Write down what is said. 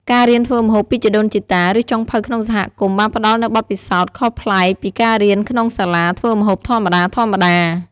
ការរៀនធ្វើម្ហូបពីជីដូនជីតា ឬចុងភៅក្នុងសហគមន៍បានផ្តល់នូវបទពិសោធន៍ខុសប្លែកពីការរៀនក្នុងសាលាធ្វើម្ហូបធម្មតាៗ។